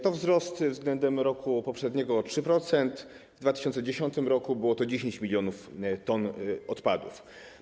To wzrost względem roku poprzedniego o 3%; w 2010 r. było 10 mln t takich odpadów.